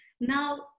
Now